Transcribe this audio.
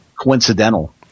coincidental